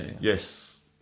Yes